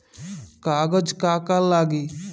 कागज का का लागी?